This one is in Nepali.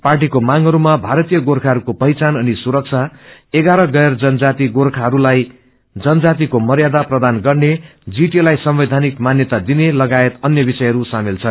पार्टीको मांगहरूमा भारतीय गोर्खाहयको पहिचा अनि सुरक्षा एषाह्र गैर जनजाति गोर्खाहरूलाई जनजातिको मर्यादा प्रदान गर्ने जीटिएलाई संवैधाकि मान्यता दनि लागायत अन्य विषयहरू सामेल छन्